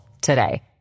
today